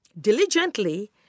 diligently